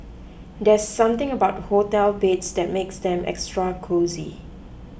there's something about hotel beds that makes them extra cosy